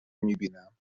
میبینم